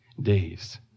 days